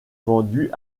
vendue